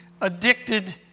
addicted